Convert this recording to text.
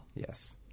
Yes